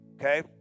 Okay